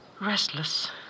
Restless